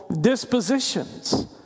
dispositions